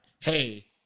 hey